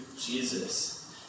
Jesus